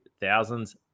thousands